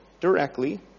directly